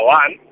one